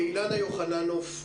אילנה יוחננוב,